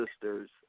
sisters